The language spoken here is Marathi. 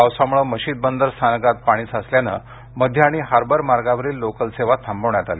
पावसामुळं मशिद बंदर स्थानकात पाणी साचल्यानं मध्य आणि हार्बर मार्गावरील लोकल सेवा थांबविण्यात आली